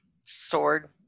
Sword